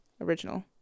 original